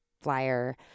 flyer